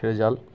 फेर जाल